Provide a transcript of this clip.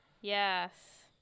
Yes